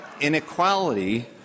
inequality